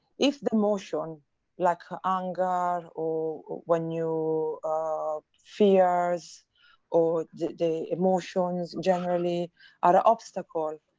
if the emotion like anger or when you um fears or the the emotions generally are obstacles,